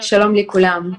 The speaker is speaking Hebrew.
שלום לכולם.